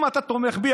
אם אתה תומך בי,